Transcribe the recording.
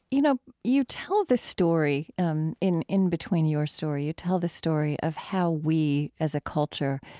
you know, you tell this story um in in between your story, you tell this story of how we, as a culture,